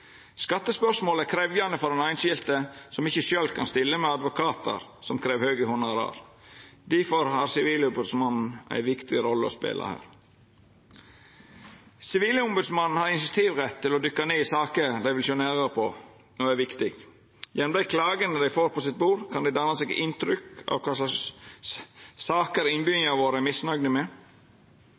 Skattespørsmål er krevjande for einskilde som ikkje sjølv kan stilla med advokatar som krev høge honorar. Difor har Sivilombodsmannen ei viktig rolle å spela her. Sivilombodsmannen har initiativrett til å dykka ned i saker dei vil sjå nærare på når det er viktig. Gjennom klagene dei får på sitt bord, kan dei danna seg inntrykk av kva slags saker innbyggjarane våre er misnøgde med.